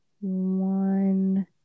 one